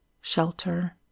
shelter